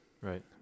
Right